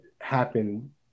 happen